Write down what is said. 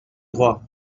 droit